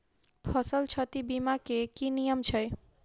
फसल क्षति बीमा केँ की नियम छै?